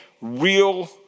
real